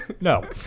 No